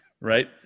Right